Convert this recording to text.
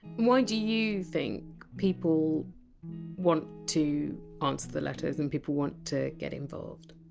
why do you think people want to answer the letters and people want to get involved?